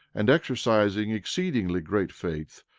and exercising exceedingly great faith,